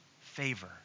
favor